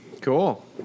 Cool